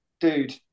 dude